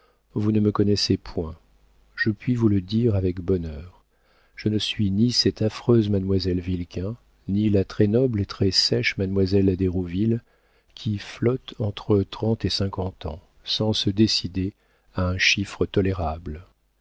vous ne me connaissez point je puis vous le dire avec bonheur je ne suis ni cette affreuse mademoiselle vilquin ni la très noble et très sèche mademoiselle d'hérouville qui flotte entre trente et cinquante ans sans se décider à un chiffre tolérable